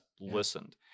listened